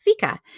fika